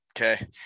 okay